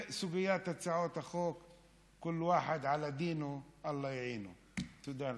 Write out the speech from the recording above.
בסוגיית הצעות החוק (אומר בערבית ומתרגם:) תודה לך.